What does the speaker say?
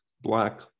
black